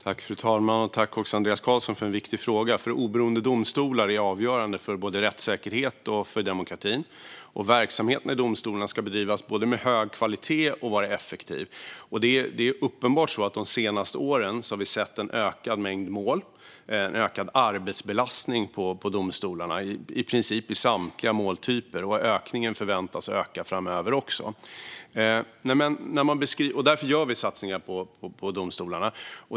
Fru talman! Tack, Andreas Carlson, för en viktig fråga! Oberoende domstolar är avgörande för både rättssäkerhet och demokrati, och verksamheten i domstolarna ska vara effektiv och bedrivas med hög kvalitet. Det är uppenbart att vi de senaste åren har sett en ökad mängd mål. Det är en ökad arbetsbelastning på domstolarna. Det gäller i princip samtliga måltyper. Ökningen förväntas fortsätta framöver, och därför gör vi satsningar på domstolarna.